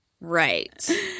right